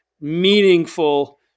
meaningful